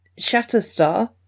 Shatterstar